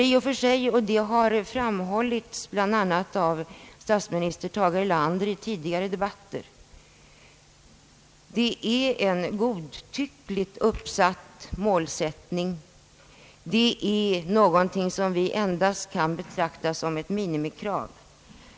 I och för sig — det har framhållits av bl.a. statsminister Erlander i tidigare debatter är det en godtyckligt uppsatt målsättning. Den är någonting som vi endast kan betrakta som ett minimikrav.